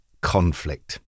conflict